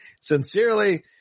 Sincerely